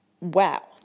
wow